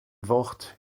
wort